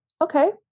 okay